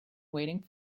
waiting